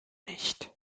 nicht